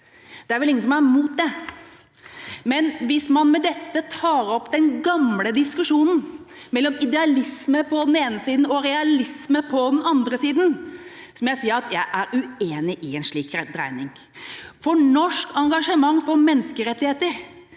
og erklæringsdebatt, andre dag 147 hvis man med dette tar opp den gamle diskusjonen mellom idealisme på den ene siden og realisme på den andre siden, må jeg si jeg er uenig i en slik rentesregning, for norsk engasjement for menneskerettigheter,